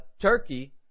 Turkey